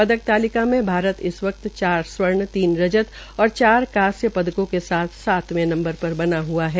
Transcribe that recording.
पदक तालिका में भारत इस वक्त चार स्वर्ण तीन रजत और चार कांस्य पदकों के साथ सातवें स्थान पर बना हआ है